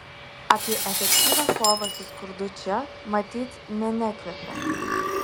apie efektyvią kovą su skurdu čia matyt ne nekvepia